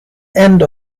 end